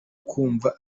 kumva